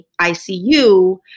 ICU